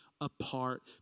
Apart